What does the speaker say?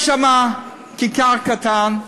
יש שם כיכר קטנה,